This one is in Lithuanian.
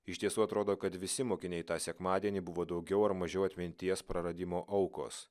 iš tiesų atrodo kad visi mokiniai tą sekmadienį buvo daugiau ar mažiau atminties praradimo aukos